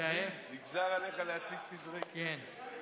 בקביעות.